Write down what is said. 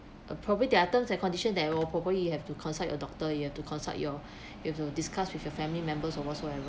uh probably there are terms and condition that will probably you have to consult your doctor you have to consult your you have to discuss with your family members or whatsoever